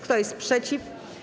Kto jest przeciw?